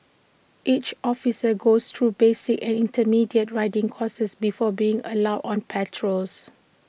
each officer goes through basic and intermediate riding courses before being allowed on patrols